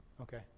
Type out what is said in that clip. Okay